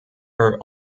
are